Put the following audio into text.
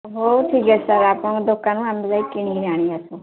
ହଉ ଠିକ୍ ଅଛି ସାର୍ ଆପଣଙ୍କ ଦୋକାନରୁ ଆମେ ଯାଇ କିଣିକି ଆଣିବା ସାର୍